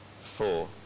Four